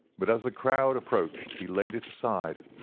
but as the crowd approached he laid it aside,